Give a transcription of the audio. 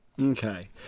Okay